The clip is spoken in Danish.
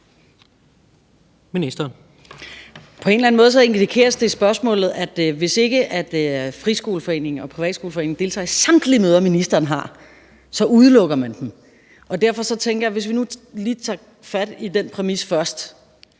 På en eller anden måde indikeres det i spørgsmålet, at hvis ikke Dansk Friskoleforening og foreningen Danmarks Private Skoler deltager i samtlige møder, ministeren har, udelukker man dem, og derfor tænker jeg, at vi lige kan tage fat i den præmis først.